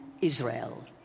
Israel